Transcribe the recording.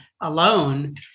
alone